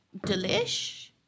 Delish